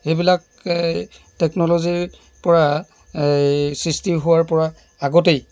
সেইবিলাক টেকন'ল'জীৰ পৰা এই সৃষ্টি হোৱাৰ পৰা আগতেই